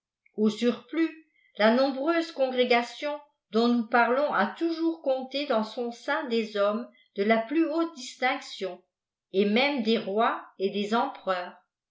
au surplus la nombreuse cobgrégation dont nous parlons a toujours compté dans son sein des npmmes de plus haute distinction et même des rois et des empereurs